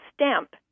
stamp